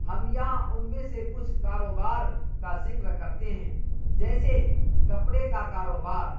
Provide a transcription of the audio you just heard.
ہم یہاں ان میں سے کچھ کاروبار کا ذکر کرتے ہیں جیسے کپڑے کا کاروبار